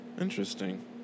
interesting